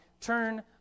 Turn